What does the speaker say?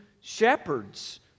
shepherds